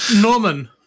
Norman